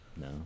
No